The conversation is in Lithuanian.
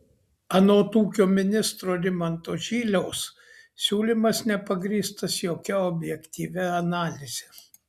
anot ūkio ministro rimanto žyliaus siūlymas nepagrįstas jokia objektyvia analize